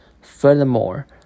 Furthermore